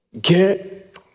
Get